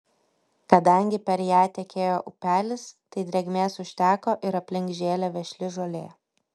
kadangi per ją tekėjo upelis tai drėgmės užteko ir aplink žėlė vešli žolė